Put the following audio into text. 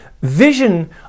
vision